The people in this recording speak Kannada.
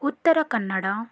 ಉತ್ತರ ಕನ್ನಡ